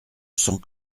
sens